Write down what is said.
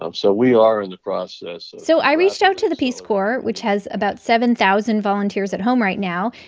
um so we are in the process. so i reached out to the peace corps, which has about seven thousand volunteers at home right now,